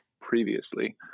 previously